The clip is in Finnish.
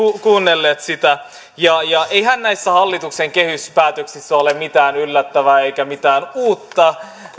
kuunnelleet sitä eihän näissä hallituksen kehyspäätöksissä ole mitään yllättävää eikä mitään uutta